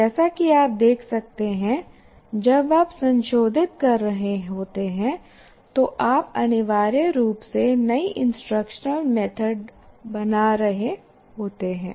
जैसा कि आप देख सकते हैं जब आप संशोधित कर रहे होते हैं तो आप अनिवार्य रूप से नई इंस्ट्रक्शनल मेथड बना रहे होते हैं